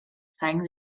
zeigen